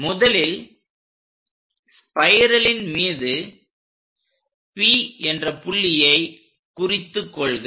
முதலில் ஸ்பைரலின் மீது P என்ற புள்ளியை குறித்து கொள்க